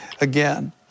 again